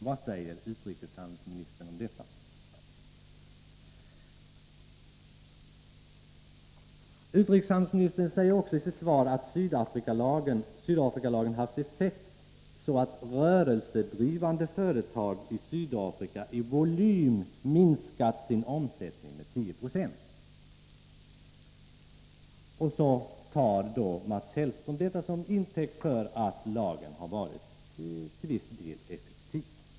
I sitt interpellationssvar säger utrikeshandelsministern också att Sydafrikalagen haft effekt, så att rörelsedrivande företag i Sydafrika i volym har minskat sin omsättning med 10 96. Han tar detta till intäkt för att lagen har varit till viss del effektiv.